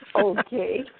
Okay